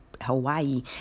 Hawaii